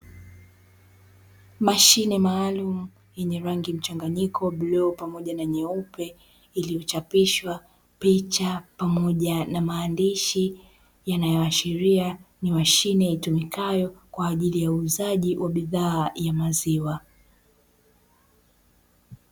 Mashine maalumu yenye rangi mchanganyiko bluu pamoja na nyeupe, iliyochapishwa picha pamoja na maandishi yanayoashiria ni mashine itumikayo kwa ajili ya uuzaji wa bidhaa ya maziwa.